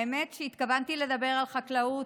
האמת שהתכוונתי לדבר על חקלאות,